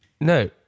No